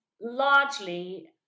largely